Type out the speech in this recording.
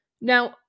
Now